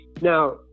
Now